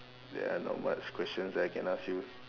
there are not much questions that I can ask you